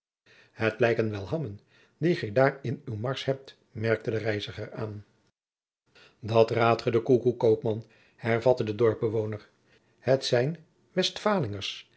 het lijken wel hammen die gij daar in uw mars hebt merkte de reiziger aan dat raodt ge de koekkoek koopman hervatte de dorpbewoner het zijn westfaolingers